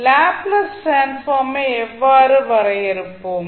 Laplace transform ஐ எவ்வாறு வரையறுப்போம்